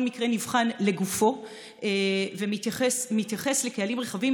כל מקרה נבחן לגופו ומתייחס לקהלים רחבים.